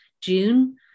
June